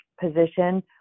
position